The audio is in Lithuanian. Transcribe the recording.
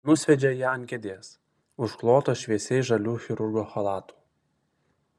nusviedžia ją ant kėdės užklotos šviesiai žaliu chirurgo chalatu